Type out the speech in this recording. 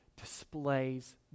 Displays